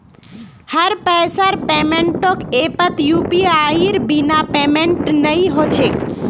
हर पैसार पेमेंटक ऐपत यूपीआईर बिना पेमेंटेर नइ ह छेक